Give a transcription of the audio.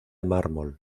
mármol